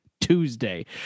Tuesday